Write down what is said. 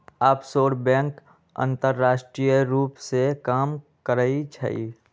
offshore bank अंतरराष्ट्रीय रूप से काम करइ छइ